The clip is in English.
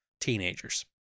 teenagers